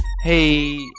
Hey